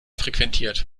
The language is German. frequentiert